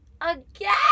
Again